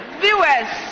Viewers